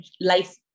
life